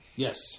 Yes